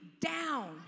down